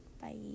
bye